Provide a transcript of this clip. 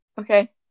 okay